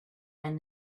and